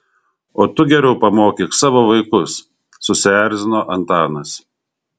o tu geriau pamokyk savo vaikus susierzino antanas